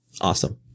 Awesome